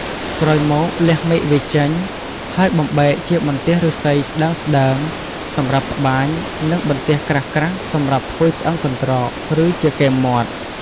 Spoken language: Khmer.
ក្រោយមក លះមែកវាចេញ ហើយបំបែកជាបន្ទះឫស្សីស្ដើងៗ សម្រាប់ត្បាញ និងបន្ទះក្រាស់ៗសម្រាប់ធ្វើឆ្អឹងកន្រ្តក ឬជាគែមមាត់។